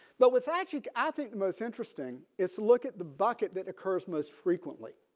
but what's at stake. i think the most interesting is look at the bucket that occurs most frequently.